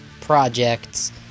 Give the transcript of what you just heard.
projects